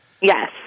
yes